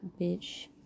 bitch